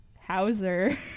Hauser